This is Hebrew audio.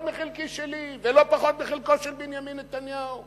מחלקי שלי ולא פחות מחלקו של בנימין נתניהו.